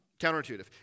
counterintuitive